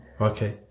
Okay